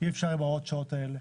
אי אפשר עם הוראות השעה האלה.